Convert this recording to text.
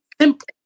simple